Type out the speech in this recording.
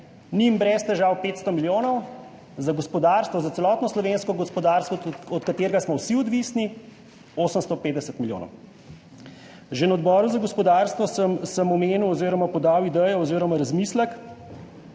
njim brez težav 500 milijonov, za celotno slovensko gospodarstvo, od katerega smo vsi odvisni, pa 850 milijonov. Že na Odboru za gospodarstvo sem omenil oziroma podal idejo oziroma razmislek,